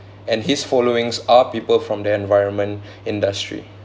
and his followings are people from the environment industry